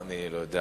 אני לא יודע.